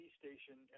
station